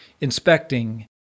inspecting